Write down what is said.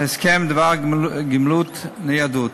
הסכם בדבר גמלת ניידות),